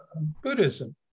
Buddhism